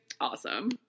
Awesome